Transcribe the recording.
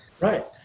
right